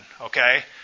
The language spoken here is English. okay